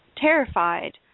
terrified